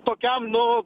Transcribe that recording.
tokiam nu